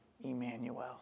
Emmanuel